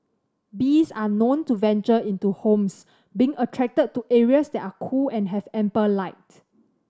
bees are known to venture into homes being attracted to areas that are cool and have ample light